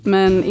Men